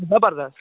زَبَردس